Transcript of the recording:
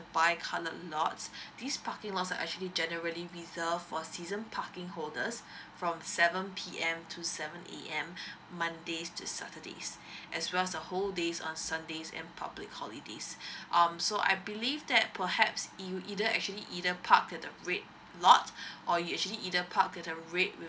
bicoloured lots this parking lots are actually generally reserve for season parking holders from seven P_M to seven A_M mondays to saturdays as well as the whole day on sundays and public holidays um so I believe that perhaps you either actually either park at the red lot or you actually either park to the red with